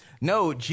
No